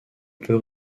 peut